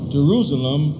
Jerusalem